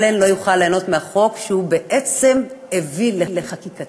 אלן לא יוכל ליהנות מהחוק שהוא בעצם הביא לחקיקתו,